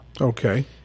Okay